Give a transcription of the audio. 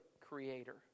creator